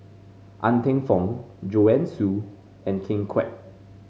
Ng Teng Fong Joanne Soo and Ken Kwek